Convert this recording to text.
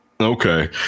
Okay